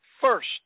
first